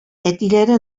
әтиләре